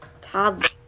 toddler